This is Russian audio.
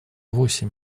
восемь